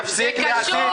תפסיק להסית.